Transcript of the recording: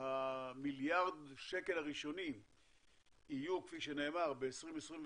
המיליארד שקל הראשונים יהיו, כפי שנאמר, ב-2021,